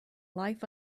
life